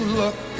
look